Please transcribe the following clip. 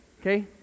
okay